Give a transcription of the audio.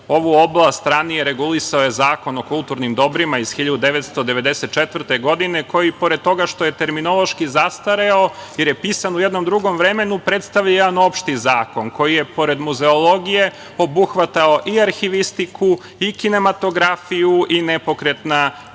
Ovu oblast ranije regulisao je Zakon o kulturnim dobrima iz 1994. godine, koji i pored toga što je terminološki zastareo jer je pisan u jednom drugom vremenu, predstavlja jedan opšti zakon koji je, pored muzeologije, obuhvatao i arhivistiku i kinematografiju i nepokretna kulturna